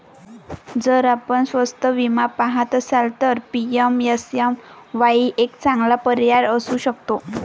जर आपण स्वस्त विमा पहात असाल तर पी.एम.एस.एम.वाई एक चांगला पर्याय असू शकतो